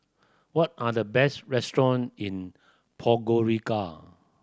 what are the best restaurant in Podgorica